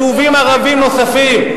ועל יישובים ערביים נוספים.